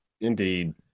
Indeed